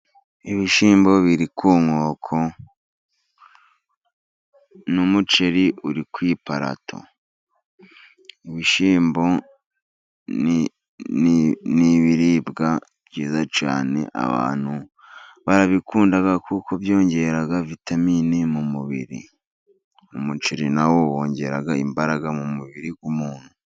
Ibishyimbo biri ku nkoko n'umuceri uri ku iparato. Ibishyimbo ni ibiribwa byiza cyane, abantu barabikunda kuko byongera vitamini mu mubiri. Umuceri na wo wongera imbaraga mu mubiri w'umuntu.